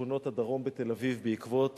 בשכונות הדרום בתל-אביב, בעקבות